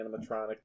animatronic